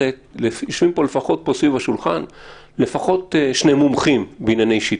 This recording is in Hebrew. יושבים פה לפחות שני מומחים בענייני שיטור.